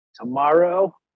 tomorrow